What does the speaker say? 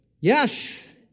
Yes